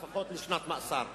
לפחות לשנת מאסר.